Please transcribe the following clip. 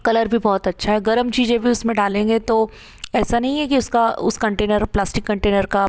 colour भी बहुत अच्छा है गरम चीज़ें भी उसमें डालेंगे तो ऐसा नहीं है कि उसका उस कंटेनर प्लास्टिक कंटेनर का